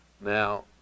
Now